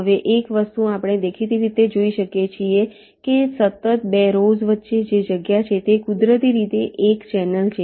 હવે એક વસ્તુ આપણે દેખીતી રીતે જોઈ શકીએ છીએ કે સતત 2 રોવ્સ વચ્ચે જે જગ્યા છે તે કુદરતી રીતે એક ચેનલ છે